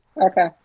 Okay